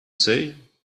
say